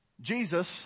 Jesus